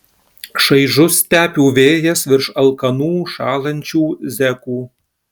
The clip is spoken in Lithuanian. šaižus stepių vėjas virš alkanų šąlančių zekų